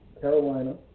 Carolina